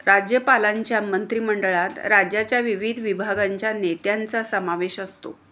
राज्यपालांच्या मंत्रिमंडळात राज्याच्या विविध विभागांच्या नेत्यांचा समावेश असतो